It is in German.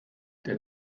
der